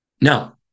Now